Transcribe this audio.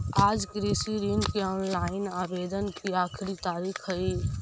आज कृषि ऋण के ऑनलाइन आवेदन की आखिरी तारीख हई